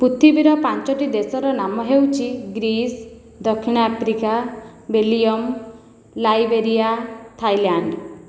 ପୁଥିବୀର ପାଞ୍ଚଟି ଦେଶର ନାମ ହେଉଛି ଗ୍ରୀସ୍ ଦକ୍ଷିଣଆଫ୍ରିକା ବେଲିୟମ୍ ଲାଇବେରିୟା ଥାଇଲ୍ୟାଣ୍ଡ